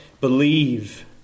believe